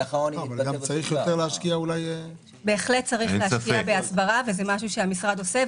בהחלט צריך להשקיע בהסברה וזה דבר שהמשרד עושה,